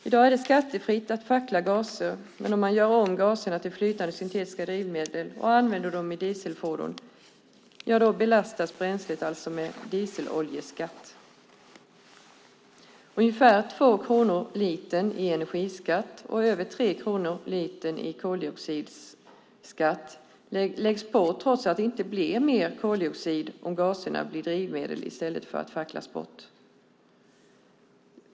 I dag är det skattefritt att fackla gaser, men om man gör om gaserna till flytande syntetiska drivmedel och använder dem i dieselfordon belastas bränslet med dieseloljeskatt. Ungefär 2 kronor litern i energiskatt och över 3 kronor litern i koldioxidskatt läggs på trots att det inte blir mer koldioxidutsläpp om gaserna blir drivmedel i stället för att facklas bort.